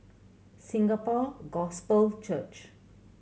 Singapore Gospel Church